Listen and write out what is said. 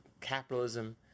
capitalism